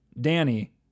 Danny